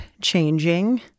changing